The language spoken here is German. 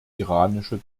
iranische